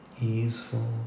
easeful